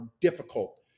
difficult